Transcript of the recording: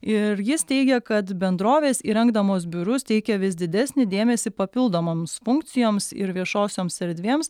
ir jis teigia kad bendrovės įrengdamos biurus teikia vis didesnį dėmesį papildomoms funkcijoms ir viešosioms erdvėms